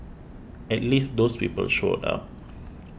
at least those people showed up